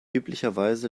üblicherweise